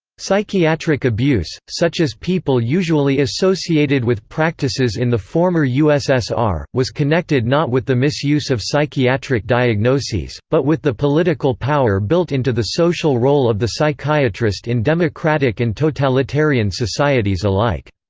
psychiatric abuse, such as people usually associated with practices in the former ussr, was connected not with the misuse of psychiatric diagnoses, diagnoses, but with the political power built into the social role of the psychiatrist in democratic and totalitarian societies alike.